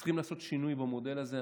צריך לעשות שינוי במודל הזה.